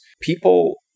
people –